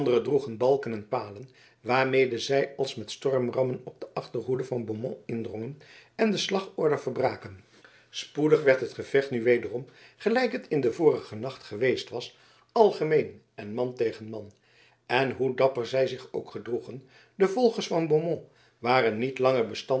droegen balken en palen waarmede zij als met stormrammen op de achterhoede van beaumont indrongen en de slagorde verbraken spoedig werd het gevecht nu wederom gelijk het in den vorigen nacht geweest was algemeen en man tegen man en hoe dapper zij zich ook gedroegen de volgers van beaumont waren niet langer bestand